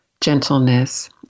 gentleness